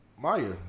Maya